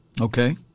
Okay